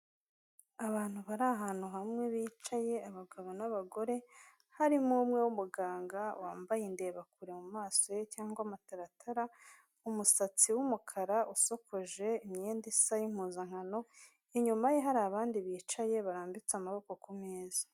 Abantu bari ahantu hamwe bicaye abagabo n'abagore. Harimo umwe w'umuganga wambaye indebakure mu mu maso ye cyangwa mataratara, umusatsi w'umukara usokoje imyenda isa y'impuzankano. Inyuma ye hari abandi bicaye barambitse amaboko kumeza.